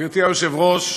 גברתי היושבת-ראש,